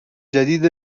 جدید